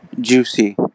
Juicy